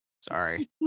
sorry